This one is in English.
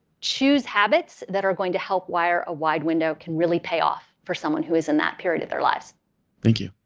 choose habits that are going to help wire a wide window can really pay off for someone who is in that period of their lives. audience thank you.